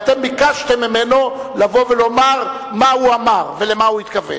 אתם ביקשתם ממנו לבוא ולומר מה הוא אמר ולמה הוא התכוון.